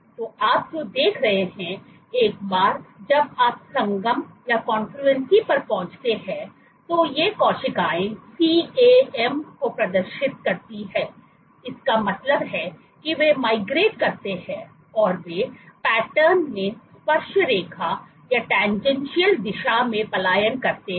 तो आप जो देख रहे हैं एक बार जब आप संगम पर पहुँचते हैं तो ये कोशिकाएँ CAM को प्रदर्शित करती है इसका मतलब है कि वे माइग्रेट करते हैं और वे पैटर्न में स्पर्शरेखा दिशा में पलायन करते हैं